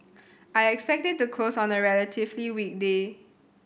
I'd expect it to close on a relatively weak day